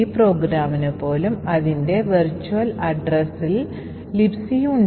ഈ പ്രോഗ്രാമിന് പോലും അതിന്റെ വിർച്വൽ വിലാസ സ്ഥലത്ത് Libc ഉണ്ട്